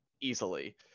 easily